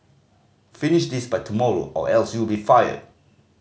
finish this by tomorrow or else you'll be fired